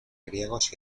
griegos